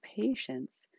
patients